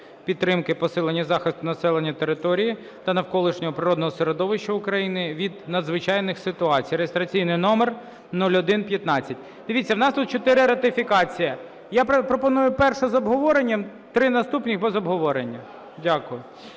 підтримки посилення захисту населення, територій та навколишнього природного середовища України від надзвичайних ситуацій (реєстраційний номер 0115). Дивіться, у нас тут чотири ратифікації, я пропоную першу з обговоренням, три наступні – без обговорення. Дякую.